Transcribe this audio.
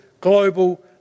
global